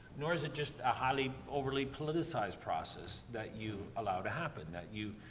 nor is it just a highly, overly politicized process that you allow to happen, that you.